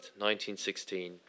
1916